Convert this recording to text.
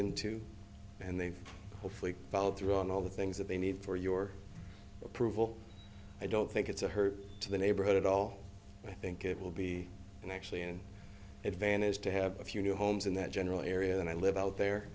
into and they've hopefully followed through on all the things that they need for your approval i don't think it's a hurt to the neighborhood at all i think it will be an actually an advantage to have a few new homes in that general area and i live out there